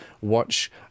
watch